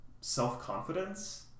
self-confidence